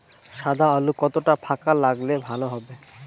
সাদা আলু কতটা ফাকা লাগলে ভালো হবে?